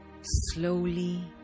slowly